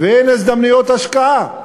ואין הזדמנויות השקעה.